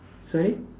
sorry